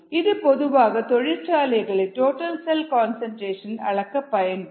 இது பொதுவாக தொழிற்சாலைகளில் டோட்டல் செல் கன்சன்ட்ரேஷன் அளக்க பயன்படும்